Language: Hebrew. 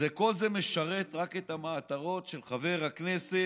כל זה משרת רק את "המטרות של חבר הכנסת